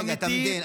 רגע, תמתין.